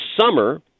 summer